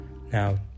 now